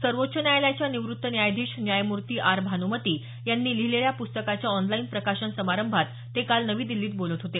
सर्वोच्च न्यायालयाच्या निवृत्त न्यायाधीश न्यायमूर्ती आर भान्मती यांनी लिहिलेल्या प्रस्तकाच्या ऑनलाईन प्रकाशन समारंभात ते काल नवी दिल्लीत बोलत होते